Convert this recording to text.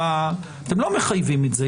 לא מחייבים את זה.